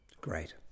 Great